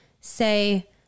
Say